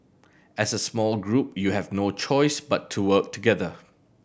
as a small group you have no choice but to work together